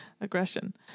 Aggression